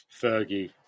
Fergie